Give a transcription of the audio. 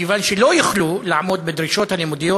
כיוון שלא יוכלו לעמוד בדרישות הלימודיות